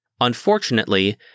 Unfortunately